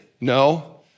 No